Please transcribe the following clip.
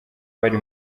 bari